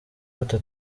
gute